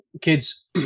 kids